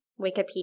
wikipedia